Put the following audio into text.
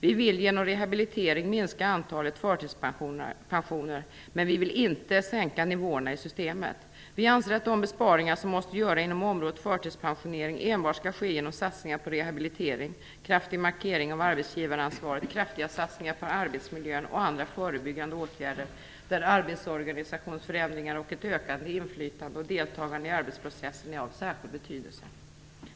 Vi vill genom rehabilitering minska antalet förtidspensioneringar, men vi vill inte sänka nivåerna i systemet. Vi anser att de besparingar som måste göras inom området förtidspensionering enbart skall ske genom satsningar på rehabilitering, kraftig markering av arbetsgivaransvaret, kraftiga satsningar på arbetsmiljön och andra förebyggande åtgärder där arbetsorganisationsförändringar, ett ökande inflytande och deltagande i arbetsprocessen är av särskild betydelse.